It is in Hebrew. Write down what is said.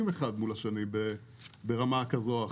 דבר ראשון,